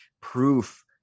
proof